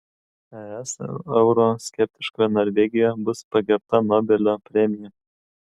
es euroskeptiškoje norvegijoje bus pagerbta nobelio premija